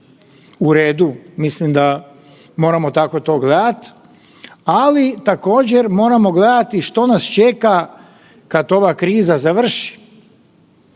U redu? Mislim da moramo tako to gledat, ali također moramo gledati što nas čeka kad ova kriza završi.